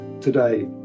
today